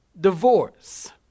divorce